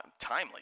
timely